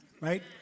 right